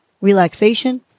relaxation